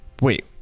Wait